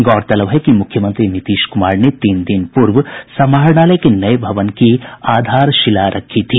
गौरतलब है कि मुख्यमंत्री नीतीश कुमार ने तीन दिन पूर्व समाहरणालय के नये भवन की आधारशिला रखी थी